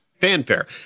fanfare